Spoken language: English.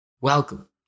Welcome